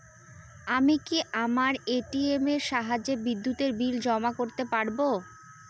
আমি কি আমার এ.টি.এম এর সাহায্যে বিদ্যুতের বিল জমা করতে পারব?